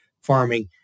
farming